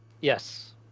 Yes